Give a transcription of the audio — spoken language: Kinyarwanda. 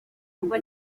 kuva